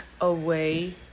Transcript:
away